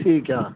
ਠੀਕ ਆ